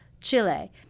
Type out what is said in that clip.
Chile